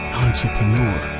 entrepreneur,